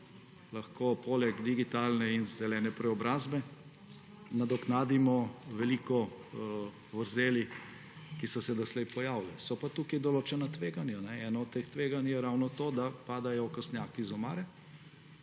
Lahko poleg digitalne in zelene preobrazbe nadoknadimo veliko vrzeli, ki so se doslej pojavile. So pa tukaj določena tveganja. Eno od teh tveganj je ravno to, da padajo okostnjaki iz omare.